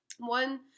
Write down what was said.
one